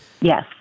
Yes